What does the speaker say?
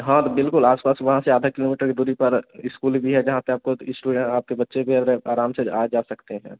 हँ तो बिल्कुल आस पास वहाँ से आधा किलोमीटर की दूरी पर इस्कूल भी है जहाँ पर आपको तो स्टूडें आपके बच्चे भी आराम से आ जा सकते हैं